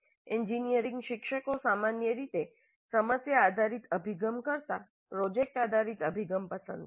engineering શિક્ષકો સામાન્ય રીતે સમસ્યા આધારિત અભિગમ કરતાં પ્રોજેક્ટ આધારિત અભિગમ પસંદ કરે છે